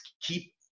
keep